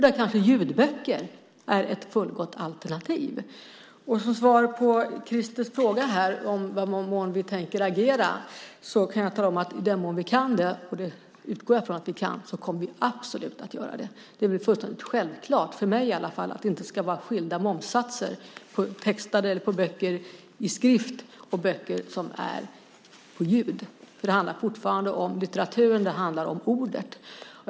Där kan ljudböcker kanske vara ett fullgott alternativ. Som svar på Christers fråga om i vilken mån vi tänker agera kan jag säga att i den mån vi kan - och jag utgår från att vi kan - kommer vi absolut att agera. Det är självklart, åtminstone för mig, att det inte ska vara skilda momssatser på böcker i skrift och böcker som är i ljudform. Det handlar fortfarande om litteraturen och om ordet.